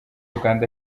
uganda